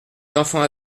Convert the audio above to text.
d’enfants